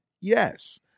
Yes